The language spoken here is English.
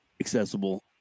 accessible